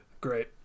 Great